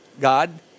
God